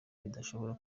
budashobora